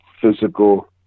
physical